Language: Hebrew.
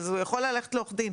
הוא יכול ללכת לעורך דין.